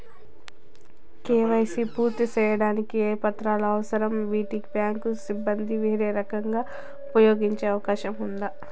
KYC పూర్తి సేయడానికి ఏ పత్రాలు అవసరం, వీటిని బ్యాంకు సిబ్బంది వేరే రకంగా ఉపయోగించే అవకాశం ఉందా?